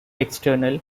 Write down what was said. external